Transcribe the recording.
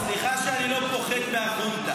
נאור, סליחה שאני לא חלק מהחונטה.